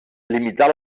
limitar